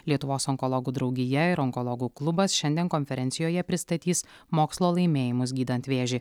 lietuvos onkologų draugija ir onkologų klubas šiandien konferencijoje pristatys mokslo laimėjimus gydant vėžį